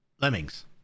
lemmings